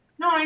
No